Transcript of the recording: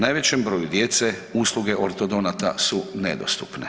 Najvećem broju djece usluge ortodonata su nedostupne.